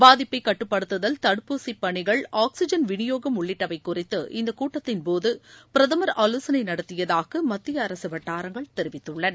பாதிப்பைக் கட்டுப்படுத்துதல் தடுப்பூசி பணிகள் ஆக்சிஜன் விநியோகம் உள்ளிட்டவை குறித்து இந்தக் கூட்டத்தின் போது பிரதமா் ஆலோசனை நடத்தியதாக மத்திய அரசு வட்டாரங்கள் தெரிவித்துள்ளன